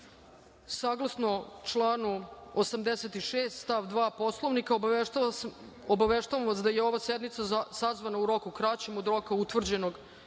radom. Saglasno članu 86. stav 2. Poslovnika, obaveštavam vas da je ova sednica sazvana u roku kraćem od roka utvrđenog